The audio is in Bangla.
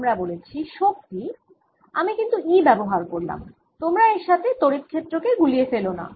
আমরা বলেছি শক্তি আমি কিন্তু E ব্যবহার করলাম তোমরা এর সাথে তড়িৎ ক্ষেত্র কে গুলিয়ে ফেলো না